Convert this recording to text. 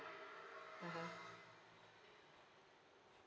(uh huh)